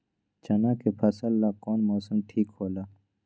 चाना के फसल ला कौन मौसम ठीक होला?